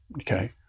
okay